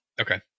Okay